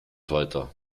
weiter